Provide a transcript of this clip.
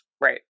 Right